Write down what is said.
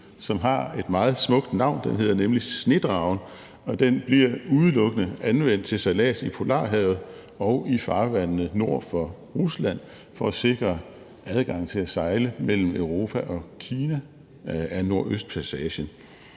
som har et meget smukt navn – den hedder nemlig »Snedragen« – og den bliver udelukkende anvendt til sejlads i Polarhavet og i farvandene nord for Rusland for at sikre adgang til at sejle mellem Europa og Kina ad Nordøstpassagen.